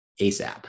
ASAP